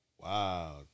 Wow